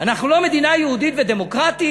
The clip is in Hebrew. אנחנו לא מדינה יהודית ודמוקרטית,